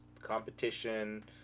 competition